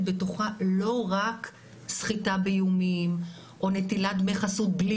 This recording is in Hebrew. בתוכה לא רק סחיטה באיומים או נטילת דמי חסות בלי